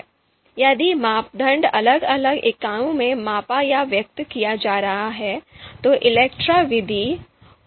यदि मापदंड अलग अलग इकाइयों में मापा या व्यक्त किया जा रहा है तो ELECTRE विधि उपयुक्त हो सकती है